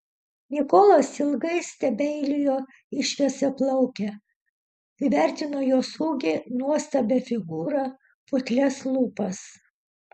nikolas ilgai stebeilijo į šviesiaplaukę įvertino jos ūgį nuostabią figūrą putlias lūpas